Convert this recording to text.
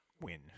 win